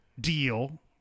deal